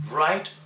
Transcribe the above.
right